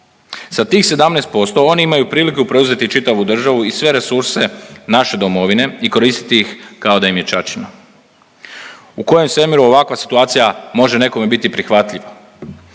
Sa tih 17% oni imaju priliku preuzeti čitavu državu i sve resurse naše domovine i koristiti ih kao da im je ćaćino. U kojem svemiru ovakva situacija može nekome biti prihvatljiva?